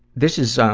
this is, ah,